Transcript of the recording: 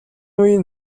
үеийн